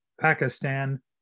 Pakistan